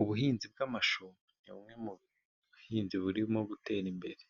Ubuhinzi bw'amashu ni bumwe mu buhinzi burimo gutera imbere